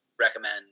recommend